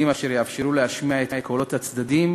אשר היו מאפשרים להשמיע את קולות הצדדים